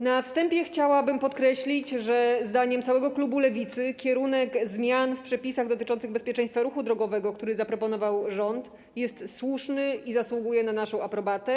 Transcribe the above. Na wstępie chciałabym podkreślić, że zdaniem całego klubu Lewicy kierunek zmian w przepisach dotyczących bezpieczeństwa ruchu drogowego, który zaproponował rząd, jest słuszny i zasługuje na naszą aprobatę.